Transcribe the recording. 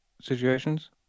situations